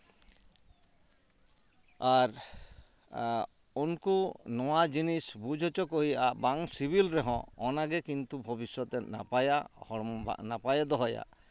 ᱟᱨ ᱩᱱᱠᱩ ᱱᱚᱣᱟ ᱡᱤᱱᱤᱥ ᱵᱩᱡᱽ ᱦᱚᱪᱚ ᱠᱚ ᱦᱩᱭᱩᱜᱼᱟ ᱵᱟᱝ ᱥᱤᱵᱤᱞ ᱨᱮᱦᱚᱸ ᱚᱱᱟ ᱜᱮ ᱠᱤᱱᱛᱩ ᱵᱷᱚᱵᱤᱥᱥᱚᱛ ᱨᱮ ᱱᱟᱯᱟᱭᱟ ᱦᱚᱲᱢᱚ ᱱᱟᱯᱟᱭᱮ ᱫᱚᱦᱚᱭᱟ